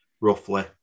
roughly